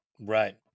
Right